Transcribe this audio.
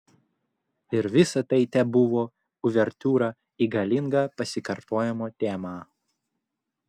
ir visa tai tebuvo uvertiūra į galingą pasikartojimo temą